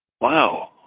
Wow